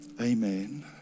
amen